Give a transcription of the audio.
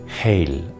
Hail